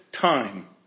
time